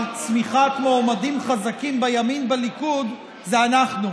צמיחת מועמדים חזקים בימין בליכוד זה אנחנו.